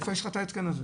איפה יש לך את ההתקן הזה?